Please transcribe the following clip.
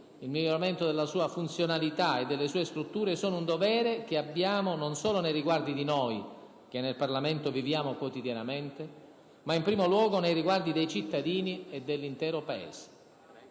il miglioramento della sua funzionalità e delle sue strutture sono un dovere che abbiamo non solo nei riguardi di noi, che nel Parlamento viviamo quotidianamente, ma in primo luogo nei riguardi dei cittadini e dell'intero Paese.